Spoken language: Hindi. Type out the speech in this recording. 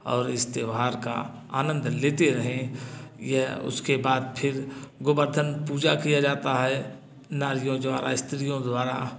और इस त्यौहार का आनंद लेते रहें या उसके बाद फिर गोबर्धन पूजा किया जाता है नारियों द्वारा स्त्रियों द्वारा